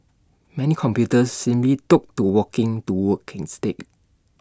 many computers simply took to walking to work instead